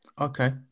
okay